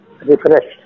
refreshed